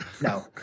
No